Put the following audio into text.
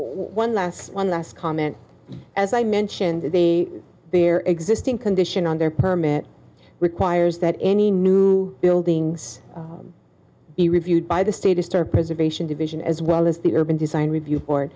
one last one last comment as i mentioned the their existing condition on their permit requires that any new buildings be reviewed by the state istar preservation division as well as the urban design review board